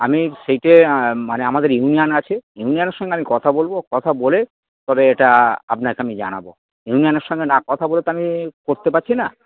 আমি সেইটা মানে আমাদের ইউনিয়ান আছে ইউনিয়ানের সঙ্গে আমি কথা বলবো কথা বলে তবে এটা আপনাকে আমি জানাবো ইউনিয়ানের সঙ্গে না কথা বলে তো আমি করতে পারছি না